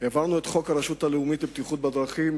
הקמנו את הרשות הלאומית לבטיחות בדרכים,